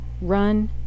run